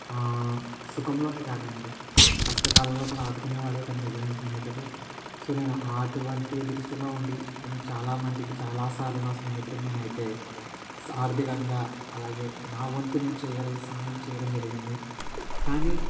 సుఖంలోనే కాదండి కష్టకాలంలో కూడా ఆదుకునే వాడే కదా నిజమైన స్నేహితుడు సో నేను ఆటువంటి దృష్టిలో ఉండి నేను చాలామందికి చాలా సార్లు నా స్నేహితులకి నేనైతే ఆర్థికంగా అలాగే నా వంతు నేను చేయగలిన సహాయం చేయడం జరిగింది కానీ